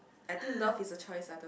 I think love is a choice ah the